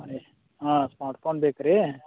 ಹಾಂ ರೀ ಹಾಂ ಸ್ಮಾರ್ಟ್ ಫೋನ್ ಬೇಕು ರೀ